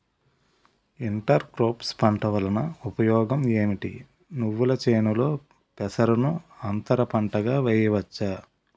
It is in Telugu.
ఇంటర్ క్రోఫ్స్ పంట వలన ఉపయోగం ఏమిటి? నువ్వుల చేనులో పెసరను అంతర పంటగా వేయవచ్చా?